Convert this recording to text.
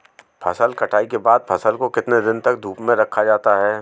फसल कटाई के बाद फ़सल को कितने दिन तक धूप में रखा जाता है?